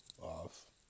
off